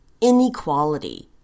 inequality